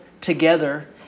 together